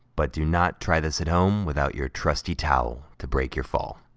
but do not try this at home without your trusty towel to break your fall.